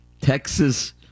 Texas